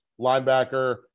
linebacker